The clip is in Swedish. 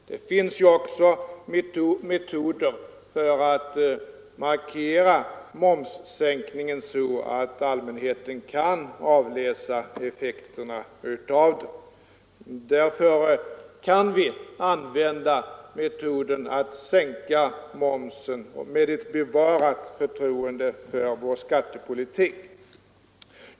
Det finns ju metoder för att markera momssänkningen så att allmänheten kan avläsa effekterna av den. Därför kan vi använda metoden att sänka momsen med ett bevarat förtroende för vår skattepolitik.